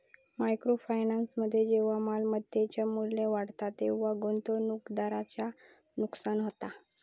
micro फायनान्समध्ये जेव्हा मालमत्तेचा मू्ल्य वाढता तेव्हा गुंतवणूकदाराचा नुकसान होता